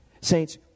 Saints